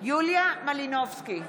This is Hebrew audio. יוליה מלינובסקי,